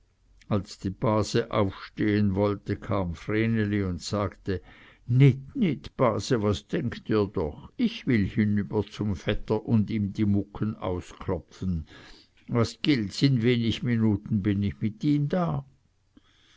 als die base aufstehen wollte kam vreneli und sagte nit nit base was denket ihr doch ich will hinüber zum vetter und ihm die mucken ausklopfen was gilts in wenig minuten bin ich mit ihm da